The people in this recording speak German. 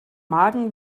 magen